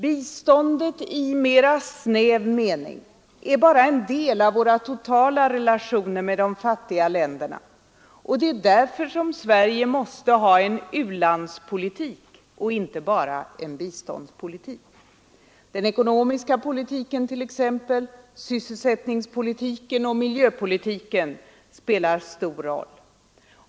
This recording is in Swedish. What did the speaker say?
Biståndet i mera snäv mening är bara en del av våra totala relationer med de fattiga länderna, och det är därför som Sverige måste ha en u-landspolitik och inte bara en biståndspolitik. Den ekonomiska politiken, sysselsättningspolitiken och miljöpolitiken spelar stor roll.